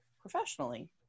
professionally